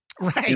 Right